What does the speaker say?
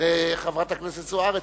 לחברת הכנסת זוארץ,